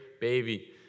baby